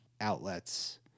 outlets